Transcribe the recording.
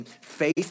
faith